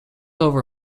over